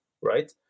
right